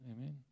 Amen